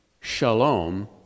shalom